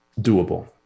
doable